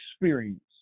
experience